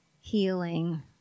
healing